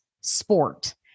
sport